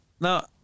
Now